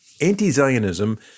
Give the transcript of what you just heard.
anti-zionism